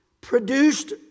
produced